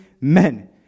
men